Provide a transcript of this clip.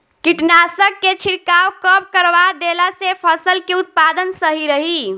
कीटनाशक के छिड़काव कब करवा देला से फसल के उत्पादन सही रही?